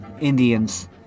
indians